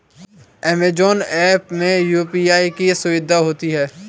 Amazon app में UPI की सुविधा होती है